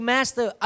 Master